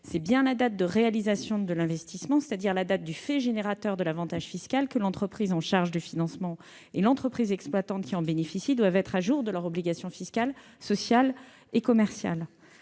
c'est bien à la date de la réalisation de l'investissement, qui est le fait générateur de l'avantage fiscal, que l'entreprise en charge de financement et l'entreprise exploitante qui en bénéficie doivent être à jour de leurs obligations fiscales, sociales et commerciales.